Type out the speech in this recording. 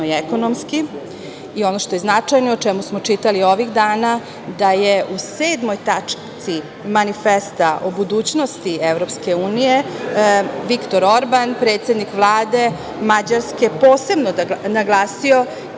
i ekonomski, i ono što je značajno, o čemu smo čitali ovih dana, da je u 7. tački Manifesta o budućnosti EU, Viktor Orban, predsednik Vlade Mađarske posebno naglasio